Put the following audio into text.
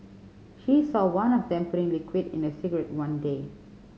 she saw one of them putting liquid in a cigarette one day